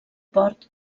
port